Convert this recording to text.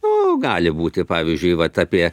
nu gali būti pavyzdžiui vat apie